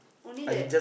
only that